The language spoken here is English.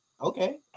okay